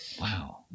Wow